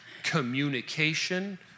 communication